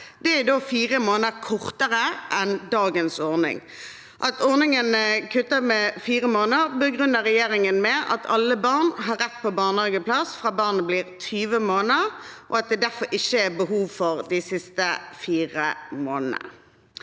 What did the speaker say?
Det er fire måneder kortere enn dagens ordning. At ordningen er kuttet med fire måneder, begrunner regjeringen med at alle barn har rett på barnehageplass fra de blir 20 måneder, og at det derfor ikke er behov for de siste fire månedene.